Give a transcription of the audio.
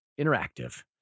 interactive